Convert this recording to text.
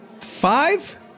Five